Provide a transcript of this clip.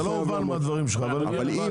זה לא הובן מהדברים שלך, אבל הסברת.